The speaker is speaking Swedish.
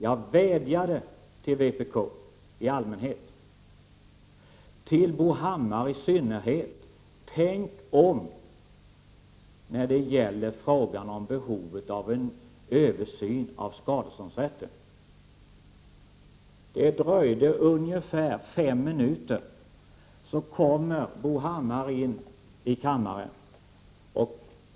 Jag vädjade till vpk i allmänhet och till Bo Hammar i synnerhet: Tänk om när det gäller frågan om behovet av en översyn av skadeståndsrätten! Det dröjde ungefär fem minuter, så kom Bo Hammar in i kammaren.